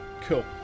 Cool